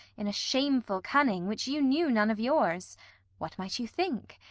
in a shameful cunning, which you knew none of yours what might you think?